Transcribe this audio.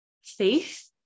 faith